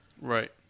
Right